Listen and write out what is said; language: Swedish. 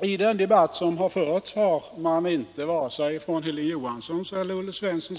I den debatt som förts har varken Hilding Johansson eller Olle Svensson